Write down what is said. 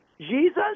jesus